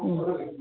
ഉം